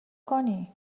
کنی